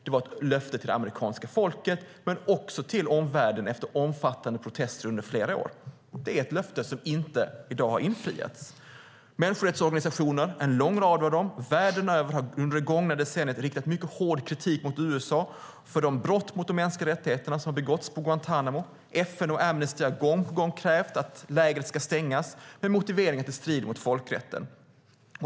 Det var ett löfte till det amerikanska folket men också till omvärlden efter omfattande protester under flera år. Det är ett löfte som inte har infriats i dag. En lång rad människorättsorganisationer världen över har under det gångna decenniet riktat mycket hård kritik mot USA för de brott mot de mänskliga rättigheterna som har begåtts på Guantánamo. FN och Amnesty har gång på gång krävt att lägret ska stängas med motiveringen att det strider mot folkrätten.